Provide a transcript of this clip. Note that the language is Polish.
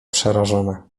przerażona